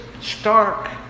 stark